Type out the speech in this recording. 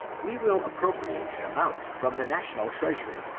we will appropriate an amount from the national treasury,